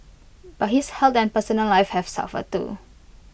but his health and personal life have suffered too